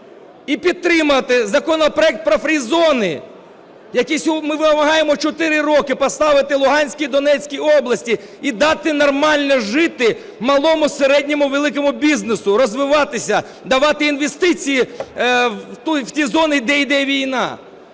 і підтримати законопроект про free-зони, який ми вимагаємо 4 роки поставити Луганській, Донецькій області і дати нормально жити малому, середньому, великому бізнесу розвиватися, давати інвестиції в ті зони, де іде війна.